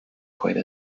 quite